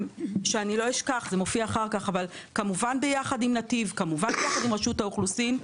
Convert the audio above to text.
הצלחנו, כמובן ביחד עם נתיב ורשות האוכלוסין,